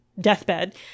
deathbed